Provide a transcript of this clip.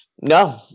No